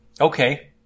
okay